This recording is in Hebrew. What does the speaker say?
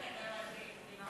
אל תעליב את הגמדים.